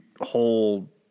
whole